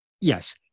Yes